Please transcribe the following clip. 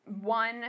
one